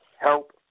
help